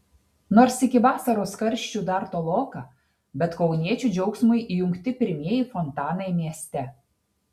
nors iki vasaros karščių dar toloka bet kauniečių džiaugsmui įjungti pirmieji fontanai mieste